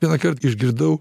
vienąkart išgirdau